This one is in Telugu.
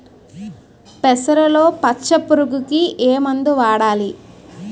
పెసరలో పచ్చ పురుగుకి ఏ మందు వాడాలి?